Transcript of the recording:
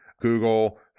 Google